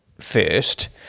first